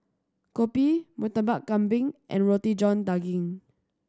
kopi Murtabak Kambing and Roti John Daging